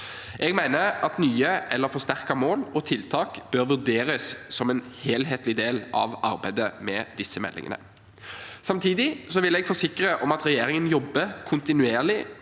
Jeg mener at nye eller forsterkede mål og tiltak bør vurderes som en helhetlig del av arbeidet med disse meldingene. Samtidig vil jeg forsikre om at regjeringen jobber kontinuerlig